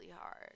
hard